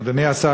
אדוני השר,